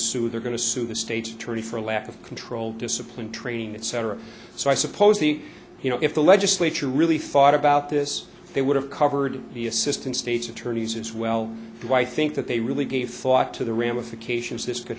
sue they're going to sue the state attorney for lack of control discipline training etc so i suppose the you know if the legislature really thought about this they would have covered the assistant state's attorneys as well do i think that they really gave thought to the ramifications this could